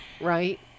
right